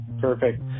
Perfect